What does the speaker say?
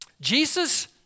Jesus